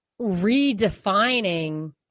redefining